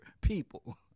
people